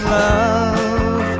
love